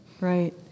Right